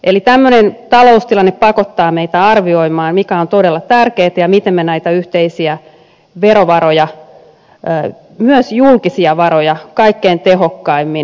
eli tämmöinen taloustilanne pakottaa meidät arvioimaan mikä on todella tärkeätä ja miten me näitä yhteisiä verovaroja myös julkisia varoja kaikkein tehokkaimmin käytämme